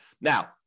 Now